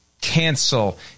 cancel